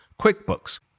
QuickBooks